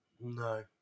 No